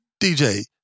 DJ